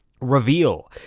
reveal